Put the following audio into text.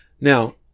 Now